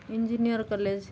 engineer college